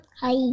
Hi